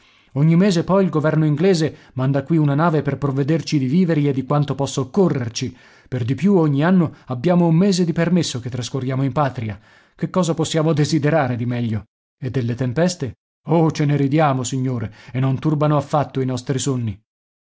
ogni mese poi il governo inglese manda qui una nave per provvederci di viveri e di quanto possa occorrerci per di più ogni anno abbiamo un mese di permesso che trascorriamo in patria che cosa possiamo desiderare di meglio e delle tempeste oh ce ne ridiamo signore e non turbano affatto i nostri sonni